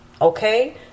Okay